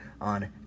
on